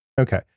Okay